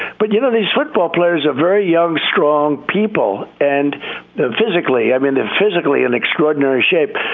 but you know, these football players are very young, strong people and physically i mean, they're physically in extraordinary shape.